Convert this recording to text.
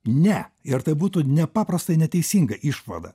ne ir tai būtų nepaprastai neteisinga išvada